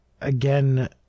again